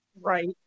Right